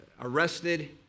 arrested